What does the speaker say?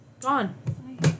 gone